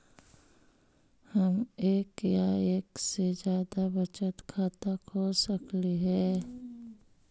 हम एक या एक से जादा बचत खाता खोल सकली हे?